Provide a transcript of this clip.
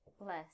Bless